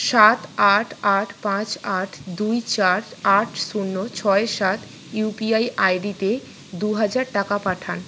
সাত আট আট পাঁচ আট দুই চার আট শূন্য ছয় সাত ইউপিআই আইডিতে দু হাজার টাকা পাঠান